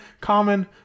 common